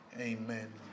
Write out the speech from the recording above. Amen